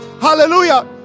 Hallelujah